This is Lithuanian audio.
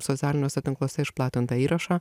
socialiniuose tinkluose išplatintą įrašą